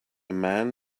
man